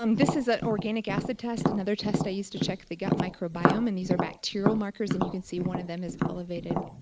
um this is an organic acid test, another test i use to check the gut microbiome and these are bacterial markers and you can see one of them is elevated.